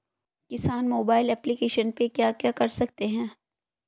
किसान mobile application पे क्या क्या कर सकते हैं?